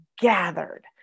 gathered